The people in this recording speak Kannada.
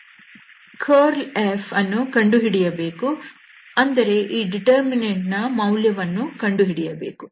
ಕರ್ಲ್F ಅನ್ನು ಕಂಡುಹಿಡಿಯಬೇಕು ಅಂದರೆ ಈ ಡಿಟರ್ಮಿನಂಟ್ ನ ಮೌಲ್ಯವನ್ನು ಕಂಡುಹಿಡಿಯಬೇಕು